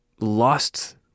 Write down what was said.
lost